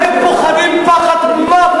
אתם פוחדים פחד מוות